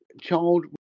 child